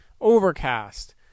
Overcast